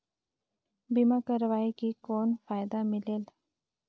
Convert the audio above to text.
बीमा करवाय के कौन फाइदा मिलेल?